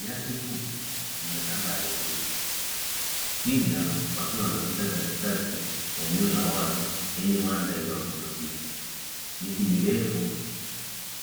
Nyasi fupi zimetanda ardhini, Twiga wakiwa wanapita katikati ya eneo la wazi lenye mandhari ya kuvutia, miti mirefu